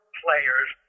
players